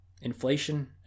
Inflation